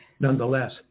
Nonetheless